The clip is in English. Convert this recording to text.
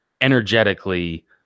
energetically